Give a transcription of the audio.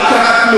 שאני אענה?